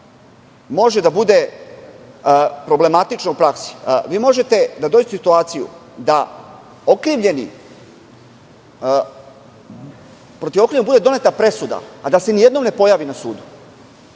može da bude problematična u praksi. Možete da dođete u situaciju da protiv okrivljenog bude doneta presuda a da se nijednom ne pojavi na sudu.